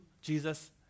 Jesus